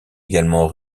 également